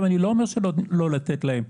אני לא אומר שלא לתת להם,